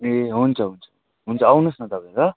ए हुन्छ हुन्छ हुन्छ आउनुहोस् न तपाईँ ल